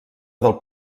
del